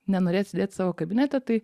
nenorėt sėdėt savo kabinete tai